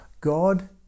God